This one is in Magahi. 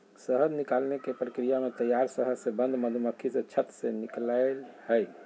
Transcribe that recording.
शहद निकालने के प्रक्रिया में तैयार शहद से बंद मधुमक्खी से छत्त से निकलैय हइ